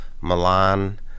Milan